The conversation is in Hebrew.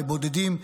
לבודדים,